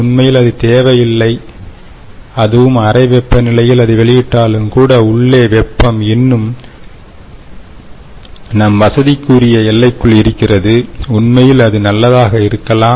உண்மையில் அது தேவையில்லை அதுவும் அறை வெப்பநிலையில் அது வெளியிட்டாலும் கூட உள்ளே வெப்பம் இன்னும் நம் வசதிக்கு உரிய எல்லைக்குள் இருக்கிறது உண்மையில் அது நல்லதாக இருக்கலாம்